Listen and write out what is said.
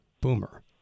boomer